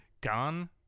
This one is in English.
gone